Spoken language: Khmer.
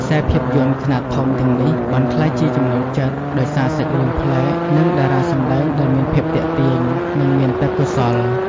ខ្សែរភាពយន្តខ្នាតធំទាំងនេះបានក្លាយជាចំណូលចិត្ត ដោយសារសាច់រឿងប្លែក និងតារាសម្ដែងដែលមានភាពទាក់ទាញ នឹងមានទេពកោសល្យ ។